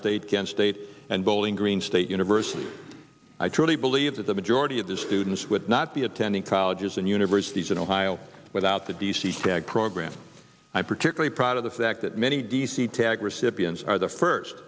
state kent state and bowling green state university i truly believe that the majority of the students would not be attending colleges and universities in ohio without the d c cad program i'm particularly proud of the fact that many d c tag recipients are the first